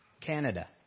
Canada